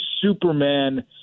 Superman